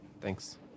Thanks